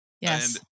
Yes